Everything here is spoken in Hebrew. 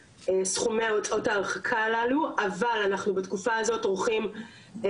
אבל אנחנו בתקופה הזאת עורכים בהנחיית שרת הפנים ומנכ"ל רשות עבודה,